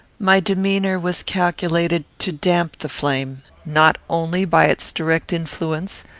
my demeanour was calculated to damp the flame, not only by its direct influence,